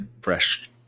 fresh